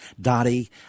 Dottie